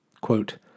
Quote